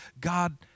God